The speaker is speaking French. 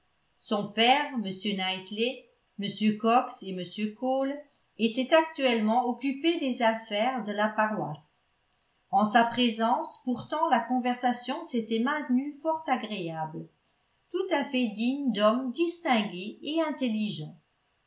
son père m knightley m coxe et m cole étaient actuellement occupés des affaires de la paroisse en sa présence pourtant la conversation s'était maintenue fort agréable tout à fait digne d'hommes distingués et intelligents